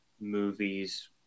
movies